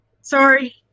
Sorry